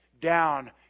down